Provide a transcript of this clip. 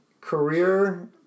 career